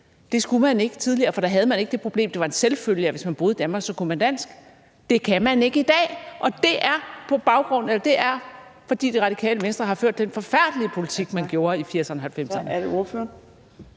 Det skulle man ikke tidligere, for der havde vi ikke det problem. Det var en selvfølge, at hvis man boede i Danmark, så kunne man dansk. Det kan man ikke i dag, og det er, fordi Det Radikale Venstre har ført den forfærdelige politik, de førte i 1980'erne og 1990'erne.